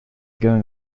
going